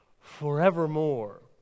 forevermore